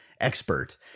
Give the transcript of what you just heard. expert